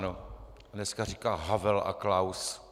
A dneska říká Havel a Klaus.